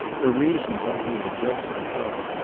her reason told her that judson clark,